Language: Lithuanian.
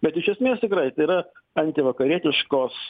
bet iš esmės tikrai tai yra antivakarietiškos